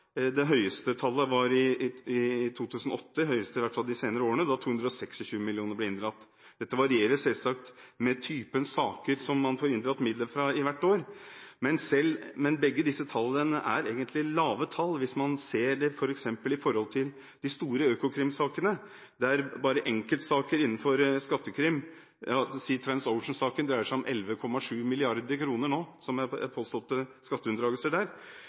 Det høyeste tallet – i hvert fall i de senere årene – var i 2008, da 226 mill. kr ble inndratt. Det varierer selvsagt med typen saker som man hvert år får inndratt midler fra, men begge disse tallene er egentlig lave tall hvis man f.eks. ser det i forhold til de store økokrimsakene. Når man står overfor så svære enkeltsaker innenfor skattekrim som f.eks. Transocean-saken – som nå dreier seg om 11,7 mrd. kr i påståtte skatteunndragelser – er de samlede inndragningstallene våre små. Det er